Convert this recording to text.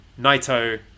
Naito